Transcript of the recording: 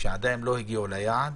שעדיין לא הגיעו ליעד,